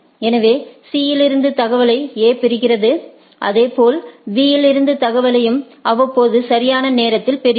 எனவே C இலிருந்து தகவல்களை A பெறுகிறது அதேபோல் B இலிருந்து தகவல்களையும் அவ்வப்போது சரியான நேரத்தில் பெறுகிறது